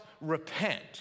repent